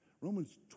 Romans